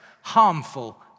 harmful